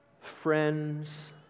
friends